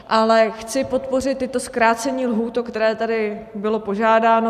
Ale chci podpořit i zkrácení lhůt, o které tady bylo požádáno.